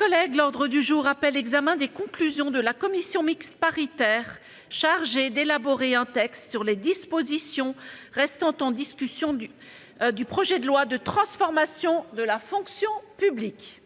a adopté. L'ordre du jour appelle l'examen des conclusions de la commission mixte paritaire chargée d'élaborer un texte sur les dispositions restant en discussion du projet de loi de transformation de la fonction publique